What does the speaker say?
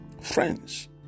Friends